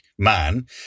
Man